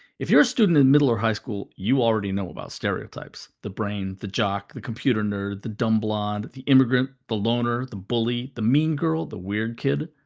if you're a student in middle or high school, you already know about sterotypes the brain, the jock, the computer nerd the dumb blonde, the immigrant, the loner, the bully, the mean girl, the weird kid.